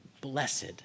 blessed